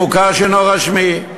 מוכר שאינו רשמי.